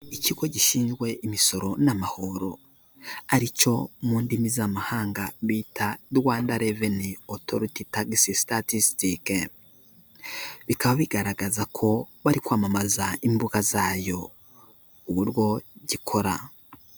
Ikigo gishinzwe imisoro n'amahoro, ari cyo mu ndimi z'amahanga bita rwanda reveni otoriti tagisi, sitatisitike, bikaba bigaragaza ko bari kwamamaza imbuga za yo uburyo gikora.